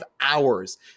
hours